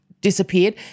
disappeared